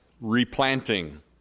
replanting